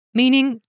meaning